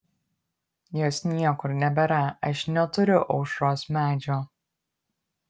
jos niekur nebėra aš neturiu aušros medžio